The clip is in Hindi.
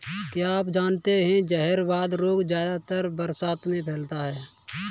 क्या आप जानते है जहरवाद रोग ज्यादातर बरसात में फैलता है?